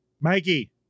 Mikey